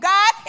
God